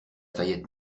fayette